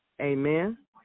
Amen